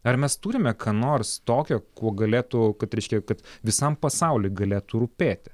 ar mes turime ką nors tokio kuo galėtų kad reiškia kad visam pasauly galėtų rūpėti